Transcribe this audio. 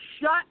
shut